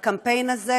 בקמפיין הזה.